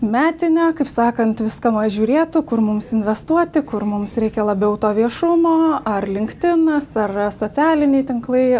metinę kaip sakant viską žiūrėtų kur mums investuoti kur mums reikia labiau to viešumo ar linkedinas ar socialiniai tinklai